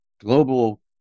Global